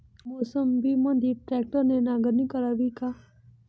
मोसंबीमंदी ट्रॅक्टरने नांगरणी करावी का?